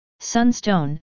Sunstone